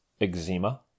eczema